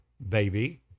baby